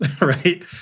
right